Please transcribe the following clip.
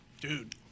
dude